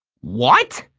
what!